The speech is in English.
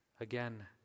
Again